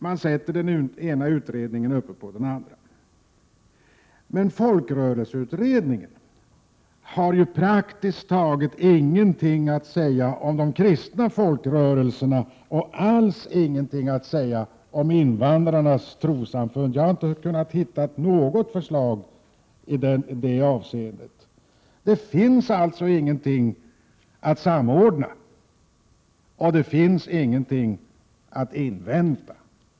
Man sätter den ena utredningen uppe på den andra. Folkrörelseutredningen har emellertid praktiskt taget ingenting att säga om de kristna folkrörelserna och alls ingenting att säga om invandrarnas trossamfund. Jag har inte kunnat hitta något förslag i det avseendet. Det finns alltså ingenting att samordna och ingenting att invänta.